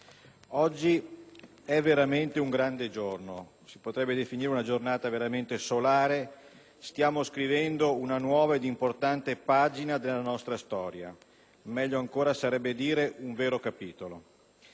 oggi è veramente un grande giorno. Si potrebbe definire una giornata veramente solare: stiamo scrivendo una nuova ed importante pagina della nostra storia, meglio ancora sarebbe dire un vero capitolo.